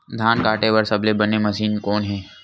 धान काटे बार सबले बने मशीन कोन हे?